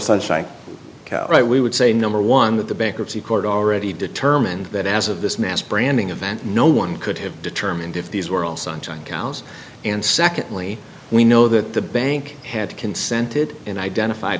suchlike right we would say number one that the bankruptcy court already determined that as of this mass branding event no one could have determined if these were all sunshine cows and secondly we know that the bank had consented in identified